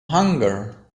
hunger